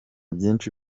byinshi